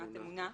תנועת "אמונה".